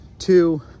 Two